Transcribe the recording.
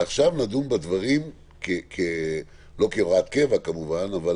ועכשיו נדון בדברים לא כהוראת קבע כמובן אבל